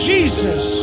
Jesus